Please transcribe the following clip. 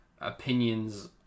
opinions